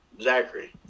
Zachary